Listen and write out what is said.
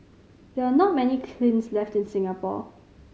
there are not many kilns left in Singapore